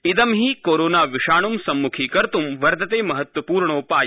इदं हि कारोना विषाणुं सम्मुखीकर्तुं वर्तते महत्वपूणोपाय